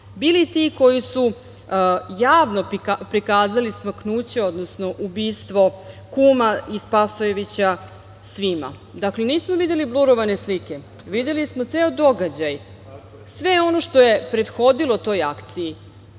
bili ti koji su javno prikazali smaknuće, odnosno ubistvo Kuma i Spasojevića svima. Dakle, nismo videli blurovane slike, videli smo ceo događaj, sve ono što je prethodilo toj akciji